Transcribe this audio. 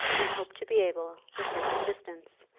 and hoped to be able, with his assistance,